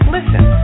Listen